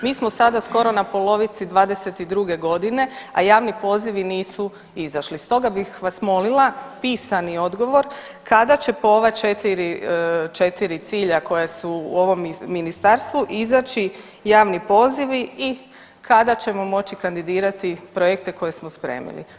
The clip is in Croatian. Mi smo sada skoro na polovici 2022. godine a javni pozivi nisu izašli, stog bih vas molila pisani odgovor kada će po ova četiri cilja koja su u ovom ministarstvu izaći javni pozivi i kada ćemo moći kandidirati projekte koje smo spremili.